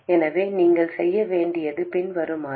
எனவே நீங்கள் செய்ய வேண்டியது பின்வருமாறு